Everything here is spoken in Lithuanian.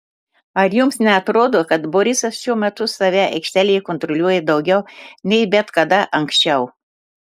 ar jums neatrodo kad borisas šiuo metu save aikštelėje kontroliuoja daugiau nei bet kada anksčiau